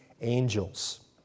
angels